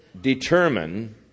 determine